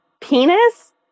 penis